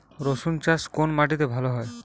রুসুন চাষ কোন মাটিতে ভালো হয়?